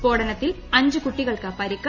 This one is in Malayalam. സ്ഫോടനത്തിൽ അഞ്ച് കുട്ടികൾക്ക് പരിക്ക്